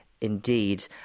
indeed